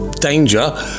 danger